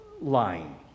lying